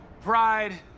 Pride